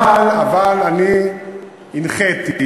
אבל אני הנחיתי,